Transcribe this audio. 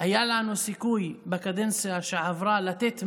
היה לנו סיכוי בקדנציה שעברה לתת מענה,